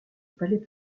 palais